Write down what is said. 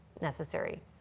necessary